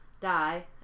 die